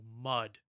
mud